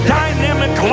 dynamic